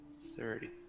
thirty